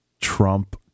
Trump